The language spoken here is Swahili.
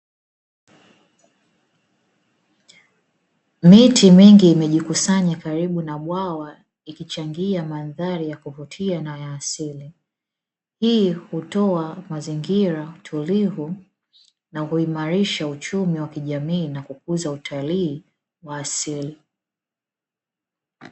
Miti mingi imejikusanya karibu na bwawa, ikichangia mandhari ya kuvutia na ya asili, hii hutoa mazingira tulivu na huimarisha uchumi wa kijamii na kukuza utalii wa asili.